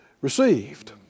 received